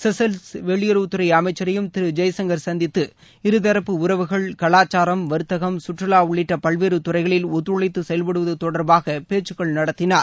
Seychelles வெளியுறவுத்துறை அமைச்சரையும் திரு ஜெய்சங்கர் சந்தித்து இருதரப்பு உறவுகள் கலாச்சாரம் வர்த்தகம் சுற்றுவா உள்ளிட்ட பல்வேறு துறைகளில் ஒத்துழைத்து செயல்படுவது தொடர்பாக பேச்சுக்கள் நடத்தினார்